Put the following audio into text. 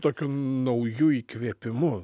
tokiu nauju įkvėpimu